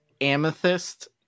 Amethyst